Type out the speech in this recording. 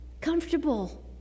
comfortable